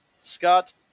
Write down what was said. Scott